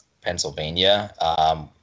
Pennsylvania